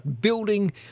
building